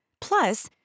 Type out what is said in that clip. Plus